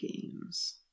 games